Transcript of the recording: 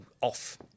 off